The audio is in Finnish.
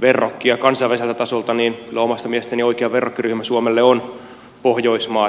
verrokkia kansainväliseltä tasolta niin kyllä omasta mielestäni oikea verrokkiryhmä suomelle on pohjoismaat